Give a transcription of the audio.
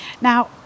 Now